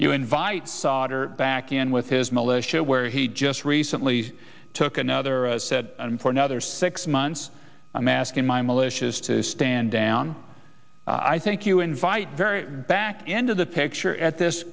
you invite solder back in with his militia where he just recently took another and for another six months i'm asking my militias to stand down i think you invite very back into the picture at this